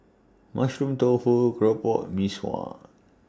Mushroom Tofu Keropok and Mee Sua